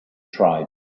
tribes